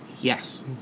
yes